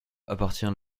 appartient